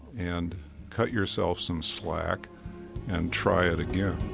and cut yourself some slack and try it again